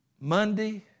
Monday